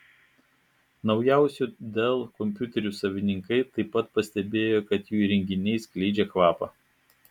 naujausių dell kompiuterių savininkai taip pat pastebėjo kad jų įrenginiai skleidžia kvapą